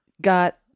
got